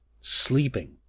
Sleeping